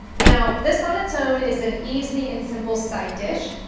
now this on its own is an easy and simple side dish,